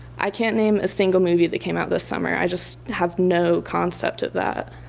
i can't name a single movie that came out this summer. i just have no concept of that.